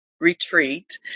retreat